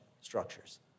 structures